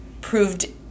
proved